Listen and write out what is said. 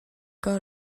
got